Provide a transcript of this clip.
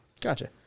Gotcha